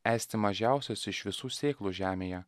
esti mažiausias iš visų sėklų žemėje